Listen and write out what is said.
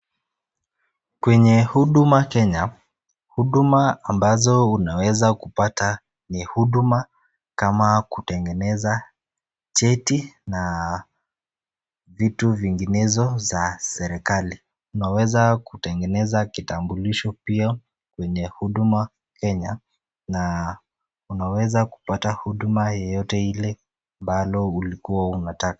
Kwenye huduma Kenya, huduma ambazo unaweza kupata ni huduma kama kutengeneza cheti na vitu vinginezo za serikali. Unaweza kutengeneza kitambulisho pia kwenye huduma Kenya na unaweza kupata huduma yeyote ile ambalo ulikuwa unataka.